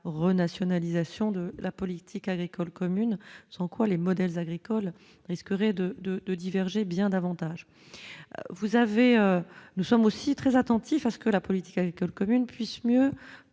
renationalisation de la politique agricole commune, sans quoi les modèles agricoles risqueraient de de de diverger bien davantage, vous avez nous sommes aussi très attentifs à ce que la politique agricole commune puisse mieux